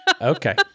okay